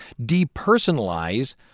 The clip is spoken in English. Depersonalize